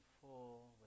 full